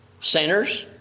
Sinners